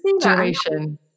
duration